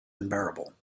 unbearable